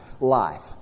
life